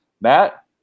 Matt